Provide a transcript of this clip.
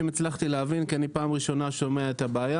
אם הצלחתי להבין, כי אני פעם ראשונה שומע את הבעיה